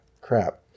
crap